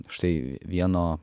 štai vieno